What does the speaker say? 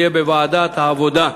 בוועדת העבודה,